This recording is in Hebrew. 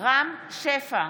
רם שפע,